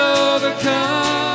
overcome